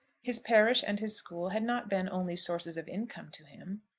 his parish and his school had not been only sources of income to him.